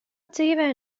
dzīvē